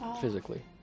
Physically